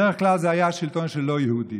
בדרך כלל, זה היה שלטון של לא יהודים.